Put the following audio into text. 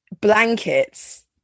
blankets